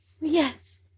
Yes